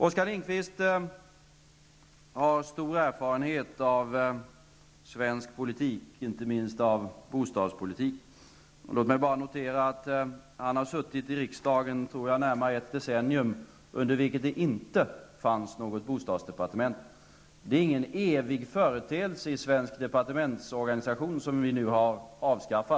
Oskar Lindkvist har stor erfarenhet av svensk politik, inte minst av bostadspolitik. Låt mig bara notera att han har suttit i riksdagen i närmare ett decennium under vilket det inte fanns något bostadsdepartement. Det är ingen evig företeelse i svensk departementsorganisation som vi nu har avskaffat.